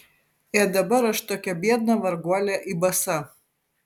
ė dabar aš tokia biedna varguolė į basa